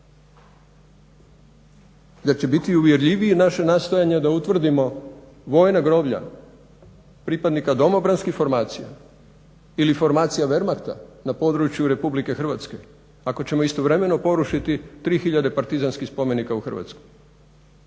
Da će biti uvjerljivija naša nastojanja da utvrdimo vojna groblja pripadnika domobranskih formacija ili formacija Wermachta na području Republike Hrvatske, ako ćemo istovremeno porušiti 3 hiljade partizanskih spomenika u Hrvatskoj.